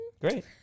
Great